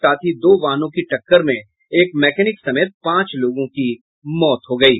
साथ ही दो वाहनों की टक्कर में एक मैकेनिक समेत पांच लोगों की मौत हो गयी है